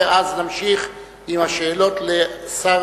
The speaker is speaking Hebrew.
ואז נמשיך עם שאלות לשר